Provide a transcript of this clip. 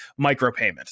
micropayments